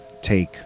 take